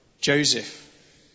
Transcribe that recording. Joseph